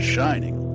Shining